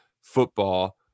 football